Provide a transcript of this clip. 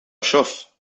chauffe